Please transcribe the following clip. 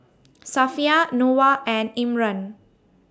Safiya Noah and Imran